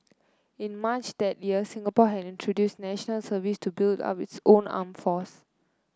in March that year Singapore had introduced National Service to build up its own armed force